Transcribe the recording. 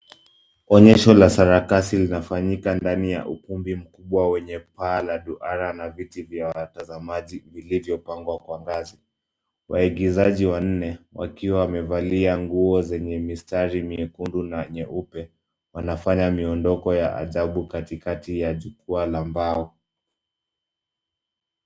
Onyesho la sarakasi linafanyika ndani ya ukumbi mkubwa wenye paa la duara na viti vya watazamaji vilivyopangwa kwa ngazi. Waigizaji wanne wakiwa wamevalia nguo zenye mistari nyekudu na nyeupe wanafanya miondoko ya ajabu katikati ya jukwaa la mbao.